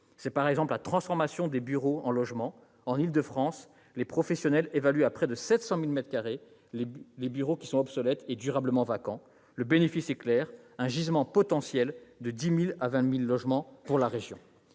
C'est, par exemple, la transformation des bureaux en logements. En Île-de-France, les professionnels estiment que près de 700 000 mètres carrés de bureaux sont obsolètes et durablement vacants. Le bénéfice est clair : c'est un gisement potentiel de 10 000 à 20 000 logements pour la région.